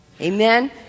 Amen